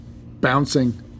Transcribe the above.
bouncing